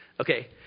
Okay